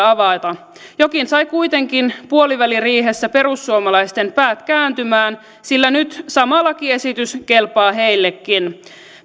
avata jokin sai kuitenkin puoliväliriihessä perussuomalaisten päät kääntymään sillä nyt sama lakiesitys kelpaa heillekin